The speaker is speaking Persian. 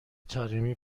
طارمی